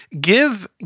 give